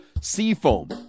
Seafoam